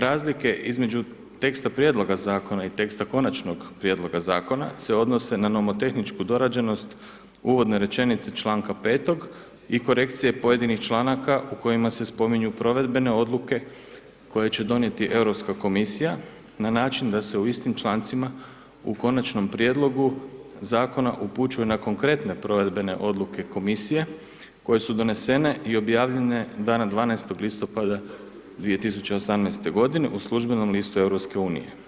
Razlike između teksta prijedloga Zakona i teksta Konačnog prijedloga Zakona se odnose na nomo tehničku dorađenost uvodne rečenice čl. 5. i korekcije pojedinih članaka u kojima se spominju provedbene odluke koje će donijeti Europska komisija na način da se u istim člancima u Konačnom prijedlogu Zakona upućuju na konkretne provedbene odluke Komisije koje su donesene i objavljene dana 12. listopada 2018.-te godine u Službenom listu EU.